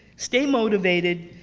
stay motivated,